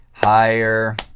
Higher